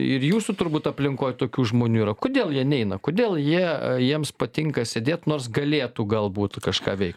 ir jūsų turbūt aplinkoj tokių žmonių yra kodėl jie neina kodėl jie jiems patinka sėdėt nors galėtų galbūt kažką veik